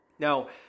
Now